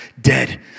dead